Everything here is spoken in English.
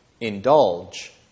indulge